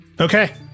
Okay